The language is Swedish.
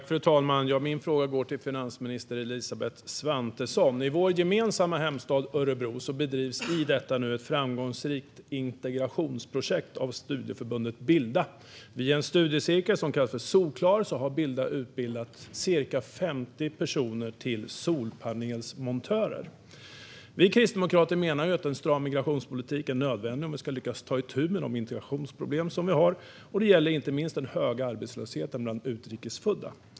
Fru talman! Min fråga går till finansminister Elisabeth Svantesson. I vår gemensamma hemstad Örebro bedrivs i detta nu ett framgångsrikt integrationsprojekt av studieförbundet Bilda. Via en studiecirkel som kallas för Solklar har Bilda utbildat cirka 50 personer till solpanelsmontörer. Vi kristdemokrater menar att en stram migrationspolitik är nödvändig för att vi ska lyckas ta itu med de integrationsproblem som vi har. Det gäller inte minst den höga arbetslösheten bland utrikes födda.